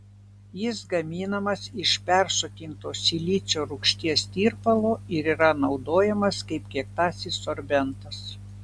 jis gaminamas iš persotinto silicio rūgšties tirpalo ir yra naudojamas kaip kietasis sorbentas